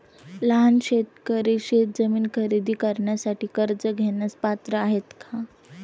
लहान शेतकरी शेतजमीन खरेदी करण्यासाठी कर्ज घेण्यास पात्र आहेत का?